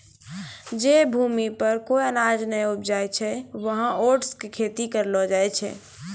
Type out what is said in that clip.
जै भूमि पर कोय अनाज नाय उपजै छै वहाँ ओट्स के खेती करलो जाय छै